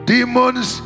Demons